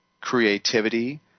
creativity